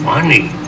Money